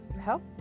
help